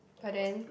but then